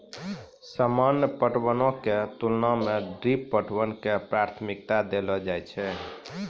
सामान्य पटवनो के तुलना मे ड्रिप पटवन के प्राथमिकता देलो जाय छै